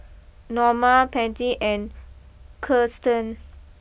Noma Patty and Kiersten